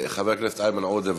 חבר הכנסת איימן עודה,